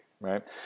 right